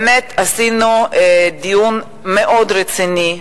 באמת עשינו דיון מאוד רציני,